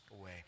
away